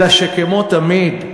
אלא שכמו תמיד,